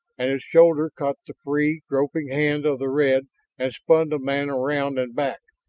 and its shoulder caught the free, groping hand of the red and spun the man around and back,